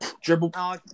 dribble